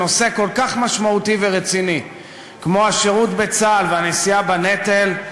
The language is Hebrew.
שנושא כל כך משמעותי ורציני כמו השירות בצה"ל והנשיאה בנטל,